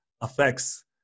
affects